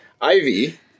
Ivy